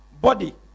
body